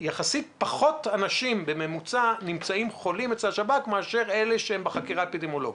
פחות אנשים בממוצע מאשר אלה שמתגלים בחקירה אפידמיולוגית.